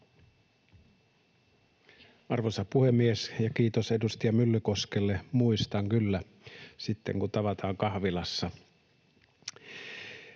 Arvoisa puhemies! Kiitos edustaja Myllykoskelle — muistan kyllä sitten, kun tavataan kahvilassa.